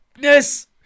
Yes